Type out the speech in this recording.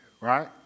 right